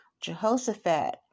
Jehoshaphat